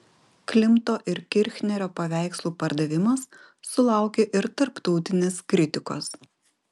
klimto ir kirchnerio paveikslų pardavimas sulaukė ir tarptautinės kritikos